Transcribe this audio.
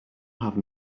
have